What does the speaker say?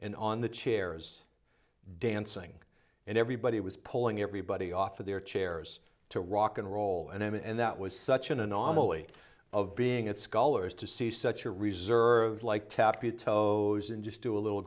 and on the chairs dancing and everybody was pulling everybody off of their chairs to rock and roll and that was such an anomaly of being at scullers to see such a reserved like tap buteux and just do a little